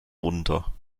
runter